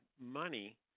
money